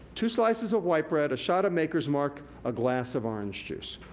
two slices of white bread, a shot of makers mark, a glass of orange juice,